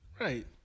Right